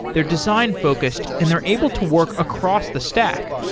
they're design-focused, and they're able to work across the stack.